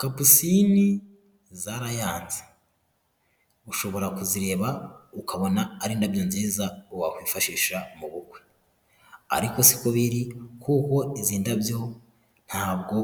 Kapusini zarayanze, ushobora kuzireba ukabona ari indabyo nziza wakwifashisha mu bukwe, ariko siko biri kuko izi ndabyo ntabwo